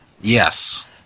yes